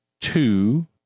two